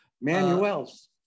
manuel's